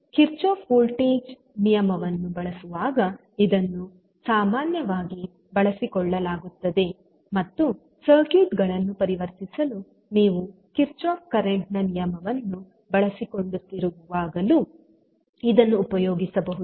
Kirchhoff voltage Kirchoff's voltage ನಿಯಮವನ್ನು ಬಳಸುವಾಗ ಇದನ್ನು ಸಾಮಾನ್ಯವಾಗಿ ಬಳಸಿಕೊಳ್ಳಲಾಗುತ್ತದೆ ಮತ್ತು ಸರ್ಕ್ಯೂಟ್ ಗಳನ್ನು ಪರಿವರ್ತಿಸಲು ನೀವು ಕಿರ್ಚಾಫ್ ಕರೆಂಟ್ Kirchoff's current ನ ನಿಯಮವನ್ನು ಬಳಸುತ್ತಿರುವಾಗಲೂ ಇದನ್ನು ಉಪಯೋಗಿಸಬಹುದು